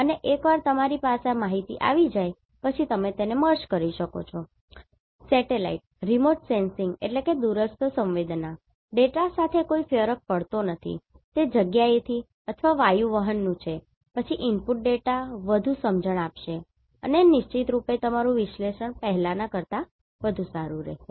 અને એકવાર તમારી પાસે આ માહિતી આવી જાય પછી તમે તેને મર્જ કરી શકો છો સેટેલાઇટ Remote sensing દૂરસ્થ સંવેદના ડેટા સાથે કોઈ ફરક પડતો નથી તે જગ્યાથી અથવા વાયુ વાહનનું છે પછી ઇનપુટ ડેટા વધુ સમજણ આપશે અને નિશ્ચિતરૂપે તમારું વિશ્લેષણ પહેલાંના કરતા વધુ સારું રહેશે